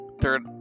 third